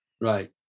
Right